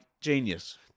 genius